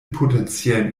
potenziellen